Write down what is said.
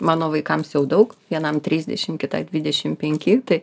mano vaikams jau daug vienam trisdešim kitai dvidešim penki tai